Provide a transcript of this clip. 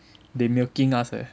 they milking us eh